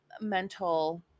mental